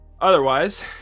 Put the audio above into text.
Otherwise